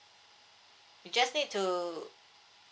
you just need to